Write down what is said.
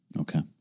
Okay